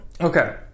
Okay